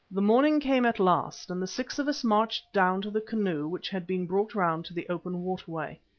the morning came at last, and the six of us marched down to the canoe which had been brought round to the open waterway.